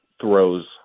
throws